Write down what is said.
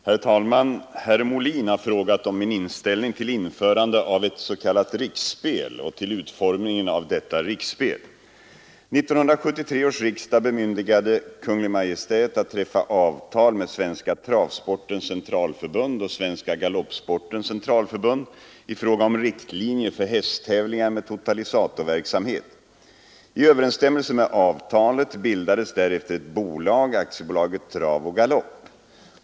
Herr talman! Herr Molin har frågat om min inställning till införande av ett s.k. riksspel och till utformningen av detta riksspel. 1973 års riksdag bemyndigade Kungl. Maj:t att träffa avtal med Svenska travsportens centralförbund och Svenska galoppsportens centralförbund i fråga om riktlinjer för hästtävlingar med totalisatorverksamhet. I överensstämmelse med avtalet bildades därefter ett bolag, Aktiebolaget Trav och galopp.